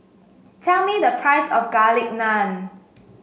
tell me the price of Garlic Naan